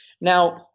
now